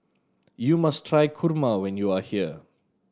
you must try kurma when you are here